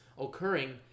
occurring